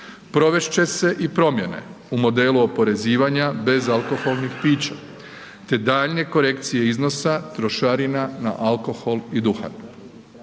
Provest će se i promjene u modelu oporezivanja bezalkoholnih pića te daljnje korekcije iznosa trošarina na alkohol i duhan.